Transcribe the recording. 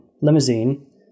limousine